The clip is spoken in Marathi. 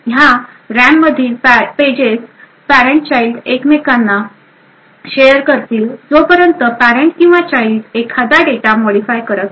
ह्या रॅम मधील पेजेस पॅरेंट चाइल्ड एकमेकांना शेयर करतील जोपर्यंत पॅरेंट किंवा चाइल्ड एखादा डेटा मॉडीफाय करत नाही